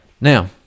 Now